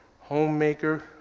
homemaker